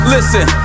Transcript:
Listen